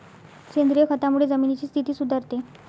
सेंद्रिय खतामुळे जमिनीची स्थिती सुधारते